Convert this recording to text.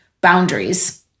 boundaries